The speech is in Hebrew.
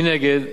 מנגד,